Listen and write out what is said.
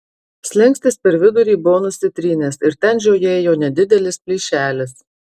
slenkstis per vidurį buvo nusitrynęs ir ten žiojėjo nedidelis plyšelis